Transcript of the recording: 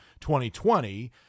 2020